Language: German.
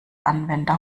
anwender